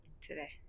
today